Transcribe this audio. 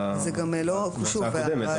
במועצה הקודמת.